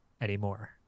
anymore